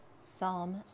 Psalm